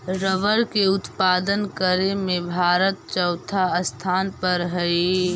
rubber के उत्पादन करे में भारत चौथा स्थान पर हई